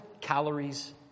calories